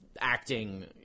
acting